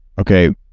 okay